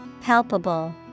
Palpable